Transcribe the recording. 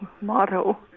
motto